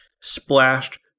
splashed